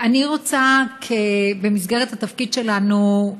במסגרת התפקיד שלנו,